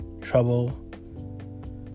trouble